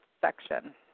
section